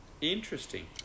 interesting